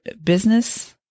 business